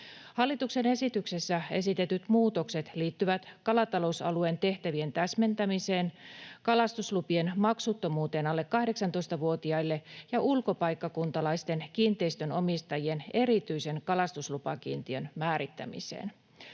Hallituksen esityksessä esitetyt muutokset liittyvät kalatalousalueen tehtävien täsmentämiseen, kalastuslupien maksuttomuuteen alle 18‑vuotiaille ja ulkopaikkakuntalaisten kiinteistönomistajien erityisen kalastuslupakiintiön määrittämiseen.